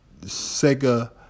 Sega